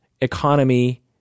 economy